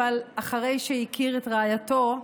אבל אחרי שהכיר את רעייתו,